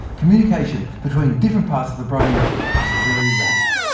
communication between different parts of the brain is very rapid.